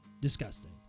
Disgusting